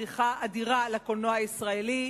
פריחה אדירה לקולנוע הישראלי,